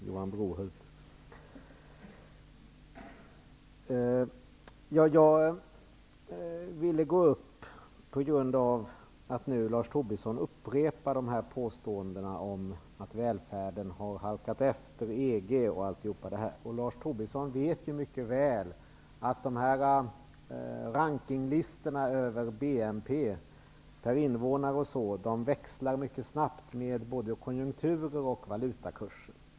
Jag ville gå upp i replik därför att Lars Tobisson upprepar påståendena om att den svenska välfärden har halkat efter EG osv. Lars Tobisson vet mycket väl att dessa rankinglistor över BNP per invånare växlar snabbt med både konjunktur och valutakurser.